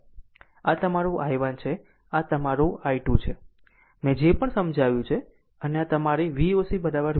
તો આ તમારું i1 છે અને આ તમારું i2 છે મેં જે પણ સમજાવ્યું છે અને આ તમારી Voc VThevenin છે